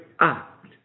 act